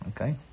Okay